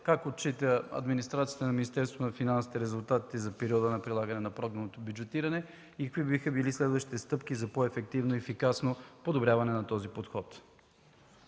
на финансите резултатите за периода на прилагане на програмното бюджетиране и какви биха били следващите стъпки за по-ефективно и ефикасно подобряване на този подход?